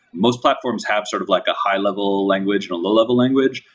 most platforms have sort of like a high-level language and a low-level language,